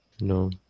No